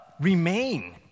remain